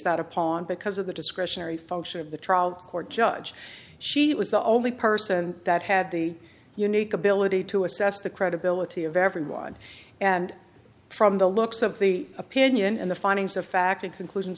that upon because of the discretionary function of the trial court judge she was the only person that had the unique ability to assess the credibility of everyone and from the looks of the opinion and the findings of fact and conclusions